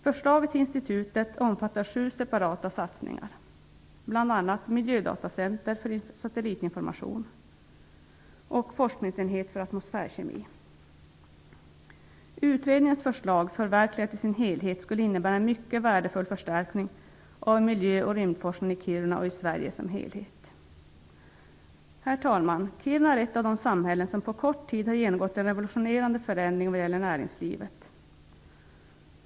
Förslaget till institut omfattar sju separata satsningar, bl.a. miljödatacenter för satellitinformation och forskningsenhet för atmosfärkemi. Utredningens förslag, förverkligat i sin helhet, skulle innebära en mycket värdefull förstärkning av miljö och rymdforskningen i Kiruna och i Sverige som helhet. Herr talman! Kiruna är ett av de samhällen som på kort tid har genomgått en revolutionerande förändring vad gäller näringslivet.